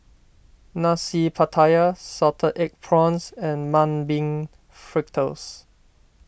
Nasi Pattaya Salted Egg Prawns and Mung Bean Fritters